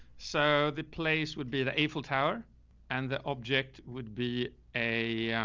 so the place would be the april tower and the object would be a, um,